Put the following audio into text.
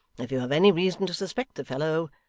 if you have any reason to suspect the fellow,